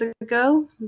ago